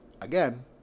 again